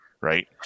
Right